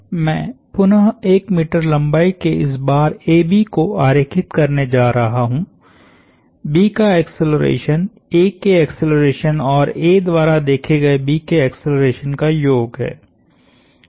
मैं पुनः 1 मीटर लंबाई के इस बार AB को आरेखित करने जा रहा हूं B का एक्सेलरेशन A के एक्सेलरेशन और A द्वारा देखे गए B के एक्सेलरेशन का योग है